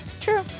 True